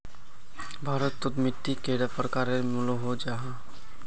भारत तोत मिट्टी कैडा प्रकारेर मिलोहो जाहा?